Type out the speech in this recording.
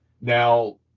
now